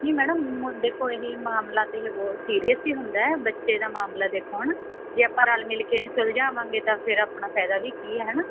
ਨਹੀਂ ਮੈਡਮ ਦੇਖੋ ਇਹ ਮਾਮਲਾ ਤਾਂ ਇਹ ਬਹੁਤ ਸੀਰੀਅਸ ਹੀ ਹੁੰਦਾ ਬੱਚੇ ਦਾ ਮਾਮਲਾ ਦੇਖੋ ਹੁਣ ਜੇ ਆਪਾਂ ਰਲ ਮਿਲ ਕੇ ਨਹੀਂ ਸੁਲਝਾਵਾਂਗੇ ਤਾਂ ਫਿਰ ਆਪਣਾ ਫਾਇਦਾ ਵੀ ਕੀ ਹੈ ਹੈ ਨਾ